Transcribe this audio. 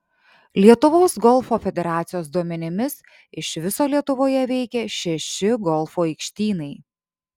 lietuvos golfo federacijos duomenimis iš viso lietuvoje veikia šeši golfo aikštynai